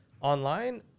Online